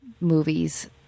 movies